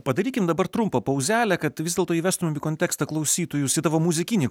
padarykim dabar trumpą pauzelę kad vis dėlto įvestumėm į kontekstą klausytojus į tavo muzikinį